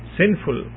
sinful